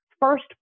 first